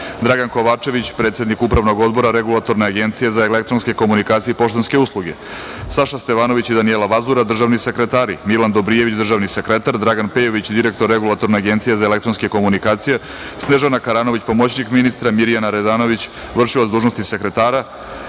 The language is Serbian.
Dragan Kovačević, predsednik UO Regulatorne agencije za elektronske komunikacije i poštanske usluge, Saša Stevanović i Danijela Vazura, državni sekretari, Milan Dobrijević, državni sekretar, Dragan Pejović, direktor Regulatorne agencije za elektronske komunikacije, Snežana Karanović, pomoćnik ministra, Mirjana Radanović, vršilac dužnosti sekretara,